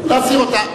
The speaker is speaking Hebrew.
להסיר אותה.